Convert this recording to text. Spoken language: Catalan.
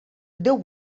déu